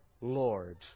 Lord